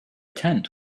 tent